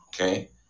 okay